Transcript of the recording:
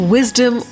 Wisdom